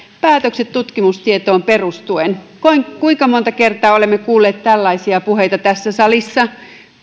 päätökset tutkimustietoon perustuen kuinka kuinka monta kertaa olemme kuulleet tällaisia puheita tässä salissa